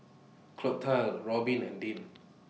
Clotilde Robbin and Deann